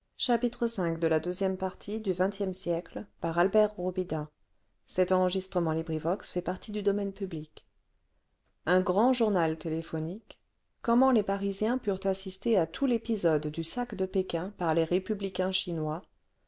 un grand journal téléphonique comment les parisiens purent assister à tous les épisodes du sao de pékin par les républicains chinois